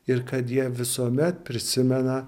ir kad jie visuomet prisimena